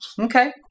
Okay